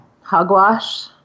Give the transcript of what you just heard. Hogwash